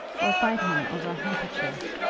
or fight him over a handkerchief,